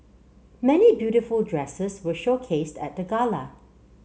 many beautiful dresses were showcased at the gala